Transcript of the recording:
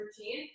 routine